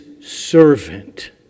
servant